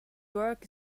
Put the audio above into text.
work